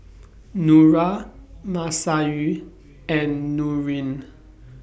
Nura Masayu and Nurin